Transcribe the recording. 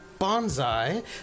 bonsai